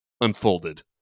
unfolded